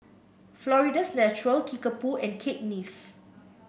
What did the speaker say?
Florida's Natural Kickapoo and Cakenis